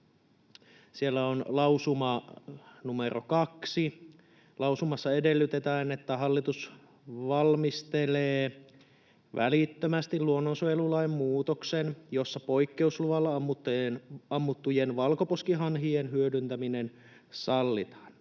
Siellä on lausuma numero 2. Lausumassa edellytetään, että hallitus valmistelee välittömästi luonnonsuojelulain muutoksen, jossa poikkeusluvalla ammuttujen valkoposkihanhien hyödyntäminen sallitaan.